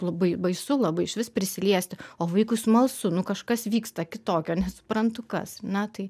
labai baisu labai išvis prisiliesti o vaikui smalsu nu kažkas vyksta kitokio nesuprantu kas ar ne tai